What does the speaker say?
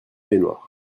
baignoire